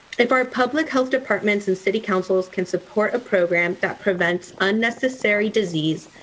if our public health departments and city councils can support a program that prevents unnecessary disease,